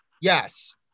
Yes